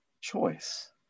choice